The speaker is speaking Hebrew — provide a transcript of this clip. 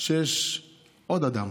שיש עוד אדם